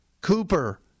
Cooper